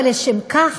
אבל לשם כך